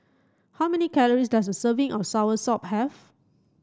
how many calories does a serving of Soursop have